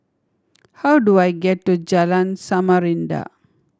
how do I get to Jalan Samarinda